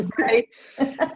right